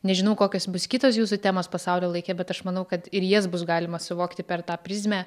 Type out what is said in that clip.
nežinau kokios bus kitos jūsų temos pasaulio laike bet aš manau kad ir jas bus galima suvokti per tą prizmę